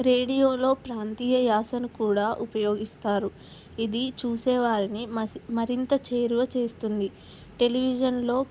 రేడియోలో ప్రాంతీయ యాసను కూడా ఉపయోగిస్తారు ఇది చూసేవారిని మ మరింత చేరువ చేస్తుంది టెలివిజన్లో